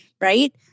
Right